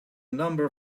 number